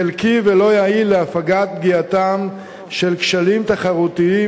חלקי ולא יעיל להפגת פגיעתם של כשלים תחרותיים,